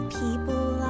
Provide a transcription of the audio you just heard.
people